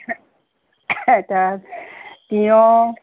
তা তিয়ঁহ